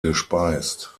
gespeist